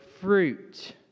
fruit